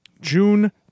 June